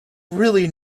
really